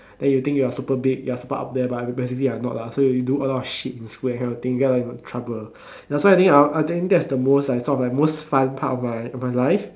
then you think you are super big you are super up there but basically you are not lah so you do a lot of shit in school that kind of thing that get you into trouble and also I think I think that's the most like sort of like most fun part of my of my life